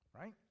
Right